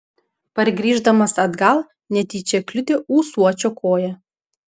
pargrįždamas atgal netyčia kliudė ūsuočio koją